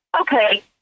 okay